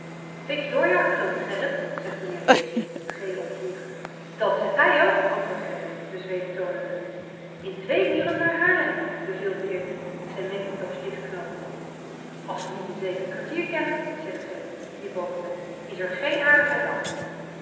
fiks doorjakkeren gerrit zegt menheer deze de tree opvliegende dat zegt hij ook antwoordt gerrit de zweep toonende in twee uren naar haarlem beveelt de heer die zijn mackintosh dichtknoopende as ze t niet in zeven kwartier kennen zegt gerrit knipoogende is er geen aardigheid an